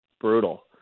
brutal